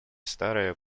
старые